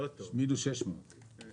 מינוס 600 מיליון שקל.